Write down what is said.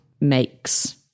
makes